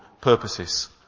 purposes